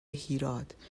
هیراد